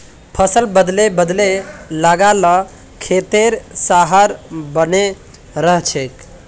फसल बदले बदले लगा ल खेतेर सहार बने रहछेक